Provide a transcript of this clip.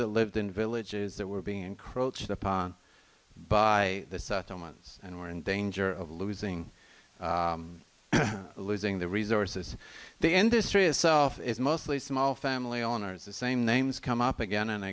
that lived in villages that were being encroached upon by the subtle ones and were in danger of losing losing the resources the industry itself is mostly small family owners the same names come up again and